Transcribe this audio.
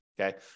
okay